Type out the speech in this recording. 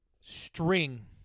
string